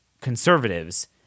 conservatives